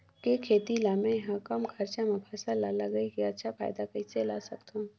के खेती ला मै ह कम खरचा मा फसल ला लगई के अच्छा फायदा कइसे ला सकथव?